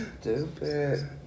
Stupid